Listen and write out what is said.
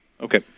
Okay